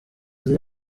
ziri